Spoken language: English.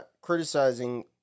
criticizing